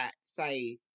say